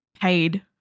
paid